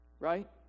right